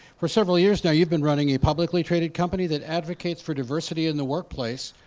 for several years now, you've been running a publicly traded company that advocates for diversity in the workplace.